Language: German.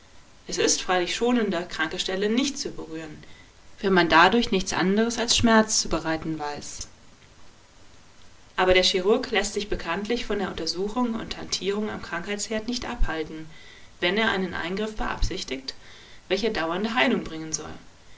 es ist freilich schonender kranke stellen nicht zu berühren wenn man dadurch nichts anderes als schmerz zu bereiten weiß aber der chirurg läßt sich bekanntlich von der untersuchung und hantierung am krankheitsherd nicht abhalten wenn er einen eingriff beabsichtigt welcher dauernde heilung bringen soll